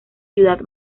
ciudad